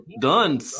done